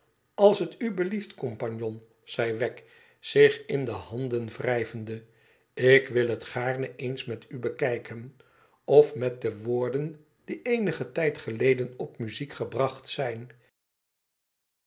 als t u blieft compagnon zei wegg zich in de handen wrijvende ik wil het gaarne eens met u bekijken of met de woorden die eenigen tijd geleden op muziek gebracht zijn